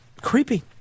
creepy